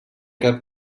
cap